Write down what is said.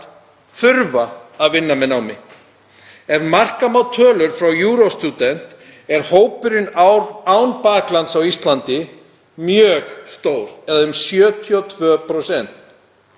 þurfa að vinna með námi. Ef marka má tölur frá Eurostudent er hópurinn án baklands á Íslandi mjög stór eða um 72%,